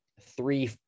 three –